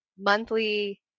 monthly